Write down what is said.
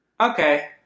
okay